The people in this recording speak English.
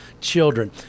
children